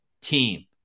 team